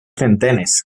centenes